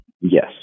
Yes